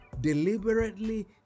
deliberately